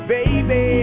Baby